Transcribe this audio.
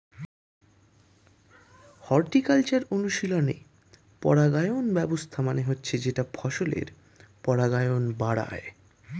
horticultural অনুশীলনে পরাগায়ন ব্যবস্থা মানে হচ্ছে যেটা ফসলের পরাগায়ন বাড়ায়